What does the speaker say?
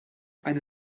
eine